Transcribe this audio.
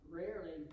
rarely